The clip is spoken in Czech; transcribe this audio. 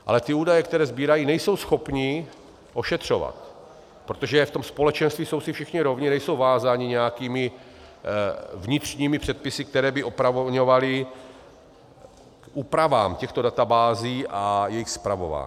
Ale ty údaje, které sbírají, nejsou schopni ošetřovat, protože v tom společenství jsou si všichni rovni, nejsou vázáni nějakými vnitřními předpisy, které by opravňovaly k úpravám těchto databází a jejich spravování.